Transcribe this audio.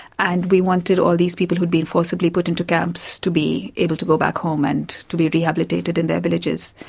and we wanted all these people who'd been forcibly put in camps to be able to go back home and to be rehabilitated in their villages.